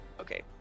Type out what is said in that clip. Okay